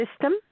system